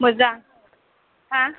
मोजां हा